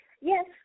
Yes